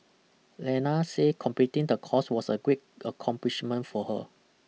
Lena say completing the course was a great accomplishment for her